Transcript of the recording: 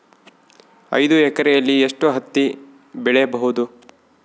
ಐದು ಎಕರೆಯಲ್ಲಿ ಎಷ್ಟು ಹತ್ತಿ ಬೆಳೆಯಬಹುದು?